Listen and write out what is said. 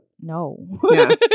No